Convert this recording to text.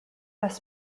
west